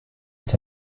est